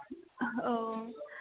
औ